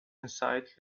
inside